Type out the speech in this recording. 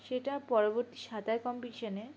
সেটা পরবর্তী সাঁতার কম্পিটিশানে